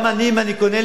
אם אני קונה לבתי,